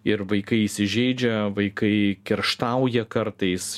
ir vaikai įsižeidžia vaikai kerštauja kartais